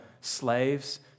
slaves